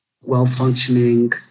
well-functioning